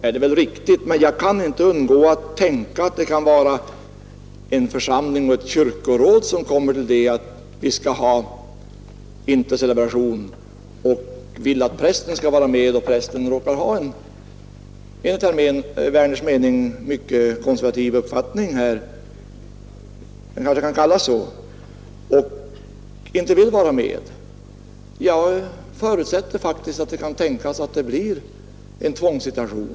Det är väl riktigt, men jag kan inte undgå att tänka, att en församling och ett kyrkoråd kommer fram till att man skall ha intercelebration och vill att prästen skall delta. Men tänk om prästen då råkar ha en enligt herr Werners mening mycket konservativ uppfattning här — det kanske kan kallas så — och inte vill vara med! Jag förutsätter att det då kan tänkas bli i en tvångssituation.